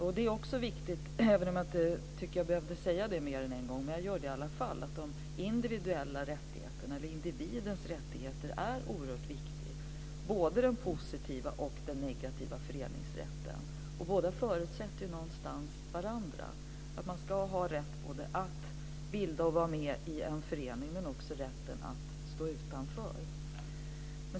Jag tycker också att jag egentligen inte mer än en gång behöver säga följande, men jag gör det i alla fall. Individens rättigheter är oerhört viktiga. Det gäller i både den positiva och den negativa föreningsrätten. Dessa båda förutsätter någonstans varandra. Man ska både ha rätt att bilda och vara med i en förening och ha rätt att stå utanför.